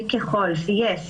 וככל שיש